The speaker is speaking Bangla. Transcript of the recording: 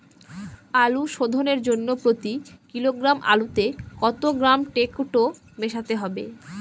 আলু শোধনের জন্য প্রতি কিলোগ্রাম আলুতে কত গ্রাম টেকটো মেশাতে হবে?